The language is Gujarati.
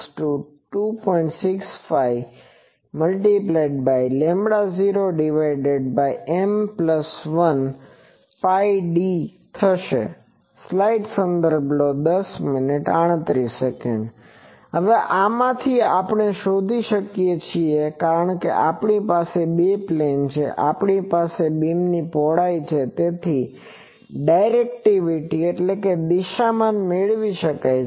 65 0M1Πd થશે હવે આમાંથી આપણે શોધી શકીએ છીએ કારણ કે આપણી પાસે બે પ્લેન છે અને આપણી પાસે બીમની પહોળાઈ છે તેથી ડાયરેકટીવીટીdirectivityદિશામાન મેળવી શકાય છે